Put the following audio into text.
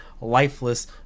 lifeless